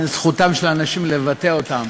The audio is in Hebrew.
לבין זכותם של האנשים לבטא אותם,